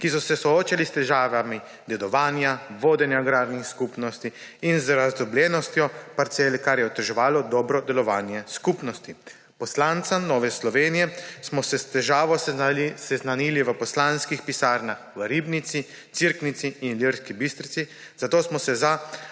ki so se soočali s težavami dedovanja, vodenja agrarnih skupnosti in z razdrobljenostjo parcel, kar je oteževalo dobro delovanje skupnosti. Poslanci Nove Slovenije smo se s težavo seznanili v poslanskih pisarnah v Ribnici, Cerknici in Ilirski Bistrici, zato smo se za